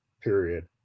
Period